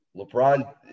LeBron